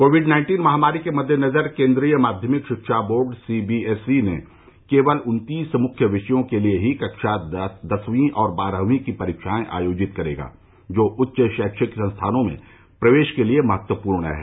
Covid nineteen महामारीके मद्देनजर केन्द्रीय माध्यमिक शिक्षा बोर्ड सीबीएसई केवल उन्तीस मृख्य विषयों के लिए ही कक्षा दसवीं और बारहवीं की परीक्षाएं आयोजित करेगा जो उच्च शैक्षिक संस्थाओं में प्रवेश के लिए महत्वपूर्ण हैं